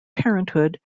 parenthood